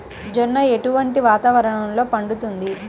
జొన్న ఎటువంటి వాతావరణంలో పండుతుంది?